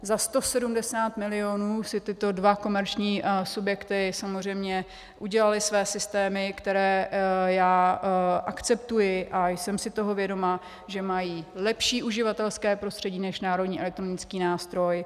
Za 170 milionů si tyto dva komerční subjekty samozřejmě udělaly své systémy, které já akceptuji, a jsem si toho vědoma, že mají lepší uživatelské prostředí než Národní elektronický nástroj.